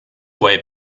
way